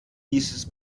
dieses